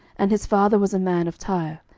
and his father was a man of tyre,